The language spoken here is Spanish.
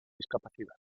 discapacidad